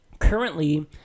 Currently